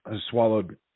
swallowed